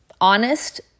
honest